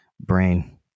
brain